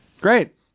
Great